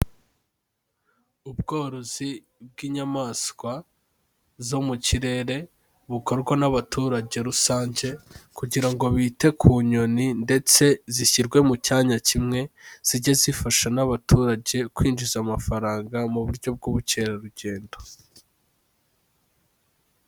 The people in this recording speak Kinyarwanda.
Ubworozi bw'inyamaswa zo mu kirere bukorwa n'abaturage rusange kugira ngo bite ku nyoni ndetse zishyirwe mu cyanya kimwe, zijye zifasha n'abaturage kwinjiza amafaranga mu buryo bw'ubukerarugendo.